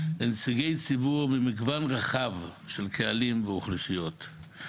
לנציגי ציבור במגוון רחב של קהלים ואוכלוסיות.